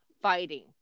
fighting